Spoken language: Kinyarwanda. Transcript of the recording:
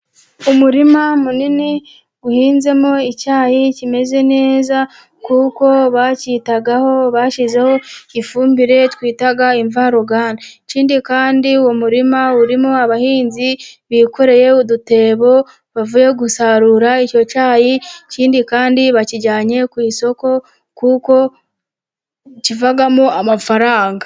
Umurima munini uhinzemo icyayi kimeze neza, kuko bacyitagaho, bashyizeho ifumbire twita imvaruganda. Ikindi kandi uwo murima urimo abahinzi bikoreye udutebo, bavuye gusarura icyo cyayi, ikindi kandi bakijyanye ku isoko kuko kivamo amafaranga.